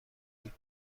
بود